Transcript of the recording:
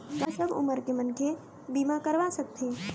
का सब उमर के मनखे बीमा करवा सकथे?